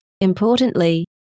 importantly